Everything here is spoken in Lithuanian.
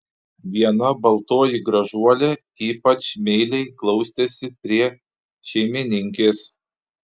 viena baltoji gražuolė ypač meiliai glaustėsi prie šeimininkės